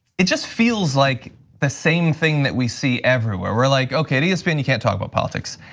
it just feels like the same thing that we see everywhere. we're like, okay, espn can't talk about politics.